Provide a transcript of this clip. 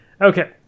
Okay